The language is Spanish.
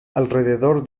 alrededor